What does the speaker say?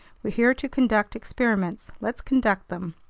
we're here to conduct experiments, let's conduct them.